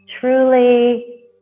truly